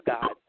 God